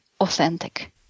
authentic